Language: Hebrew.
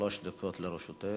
שלוש דקות לרשותך.